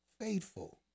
Faithful